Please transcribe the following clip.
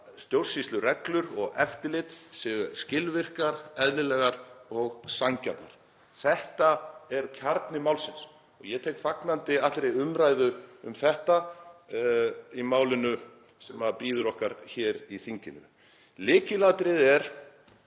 stjórnsýslureglur og eftirlit sé skilvirkt, eðlilegt og sanngjarnt. Þetta er kjarni málsins. Ég tek fagnandi allri umræðu um þetta í málinu sem bíður okkar hér í þinginu. Lykilatriðið er